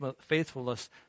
faithfulness